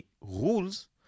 rules